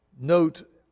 note